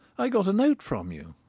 i got a note from you.